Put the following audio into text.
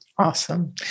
Awesome